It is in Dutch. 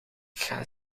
gaan